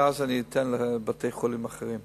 ואז אני אתן לבתי-חולים אחרים.